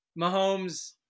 Mahomes